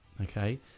okay